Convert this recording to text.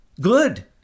good